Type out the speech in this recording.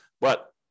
But-